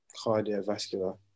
cardiovascular